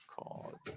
called